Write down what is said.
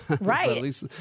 Right